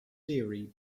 theory